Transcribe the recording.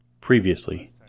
Previously